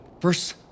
first